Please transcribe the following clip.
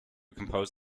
composed